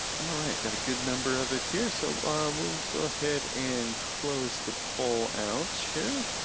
alright, got a good number of it here. so we'll go ahead and close the poll out here.